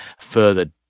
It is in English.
further